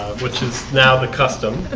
which is now the custom